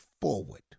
forward